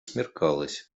смеркалось